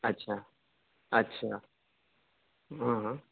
اچھا اچھا ہاں ہاں